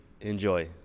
Enjoy